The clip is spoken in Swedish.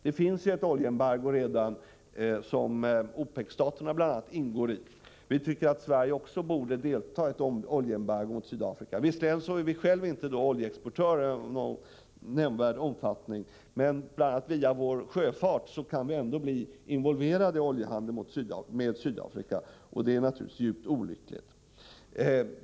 Det finns redan ett oljeembargo, som bl.a. OPEC-staterna ingår i. Men vi tycker således att även Sverige bör delta i ett oljeembargo mot Sydafrika. Visserligen är vi själva inte oljeexportörer i någon nämnvärd omfattning, men via bl.a. vår sjöfart kan vi ändå bli involverade i oljehandeln med Sydafrika, och det är naturligtvis djupt olyckligt.